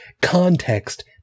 context